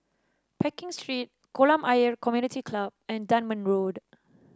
Pekin Street Kolam Ayer Community Club and Dunman Road